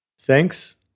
Thanks